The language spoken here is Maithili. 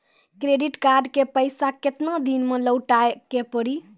क्रेडिट कार्ड के पैसा केतना दिन मे लौटाए के पड़ी?